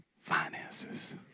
finances